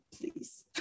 please